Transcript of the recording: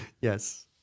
Yes